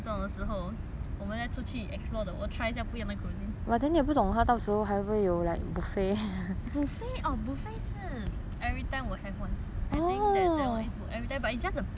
try 一下不一样的 cuisine buffet orh buffet 是 everytime will have one I think that that one is everytime but it's just the price only